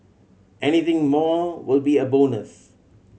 anything more will be a bonus